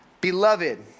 Beloved